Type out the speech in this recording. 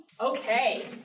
Okay